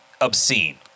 obscene